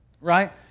right